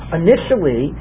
initially